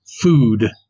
food